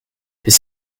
his